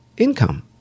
income